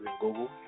Google